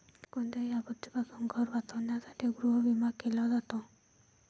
कोणत्याही आपत्तीपासून घर वाचवण्यासाठी गृहविमा केला जातो